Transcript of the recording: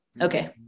Okay